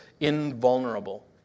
invulnerable